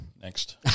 next